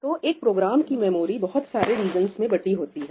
तो एक प्रोग्राम की मेमोरी बहुत सारे रीजंस में बंटी होती है